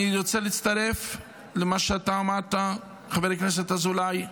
אני רוצה להצטרף למה שאתה אמרת, חבר הכנסת אזולאי.